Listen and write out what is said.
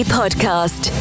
podcast